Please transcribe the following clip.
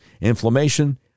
inflammation